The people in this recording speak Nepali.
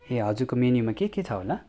ए हजुरको मेन्यूमा के के छ होला